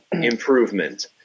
improvement